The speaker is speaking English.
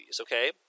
okay